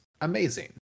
amazing